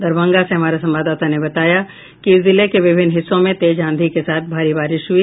दरभंगा से हमारे संवाददाता ने बताया कि जिले के विभिन्न हिस्सों में तेज आँधी के साथ भारी बारिश हुई